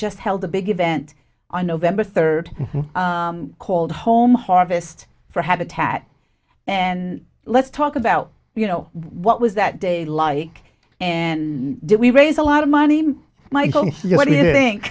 just held a big event on november third called home harvest for habitat and let's talk about you know what was that day like and did we raise a lot of money michael